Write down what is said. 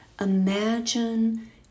Imagine